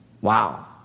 Wow